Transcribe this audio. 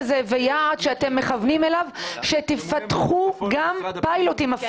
מין חזון כזה ויעד שאתם מכוונים אליו שתפתחו גם פיילוטים של